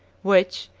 which,